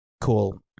cool